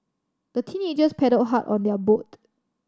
the teenagers paddled hard on their boat